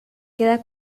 queda